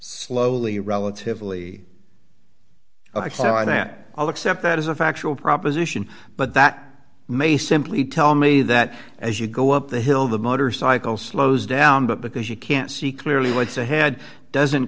slowly relatively ok so i know that i'll accept that as a factual proposition but that may simply tell me that as you go up the hill the motorcycle slows down but because you can't see clearly what's ahead doesn't